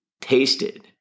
tasted